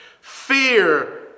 Fear